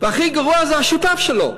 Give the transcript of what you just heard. והכי גרוע זה השותף שלו,